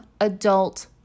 adult